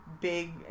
big